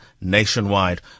nationwide